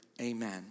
amen